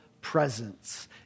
presence